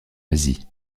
asie